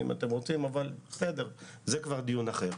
זה כבר דיון אחר.